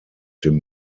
dem